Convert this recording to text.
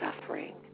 suffering